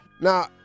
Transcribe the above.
Now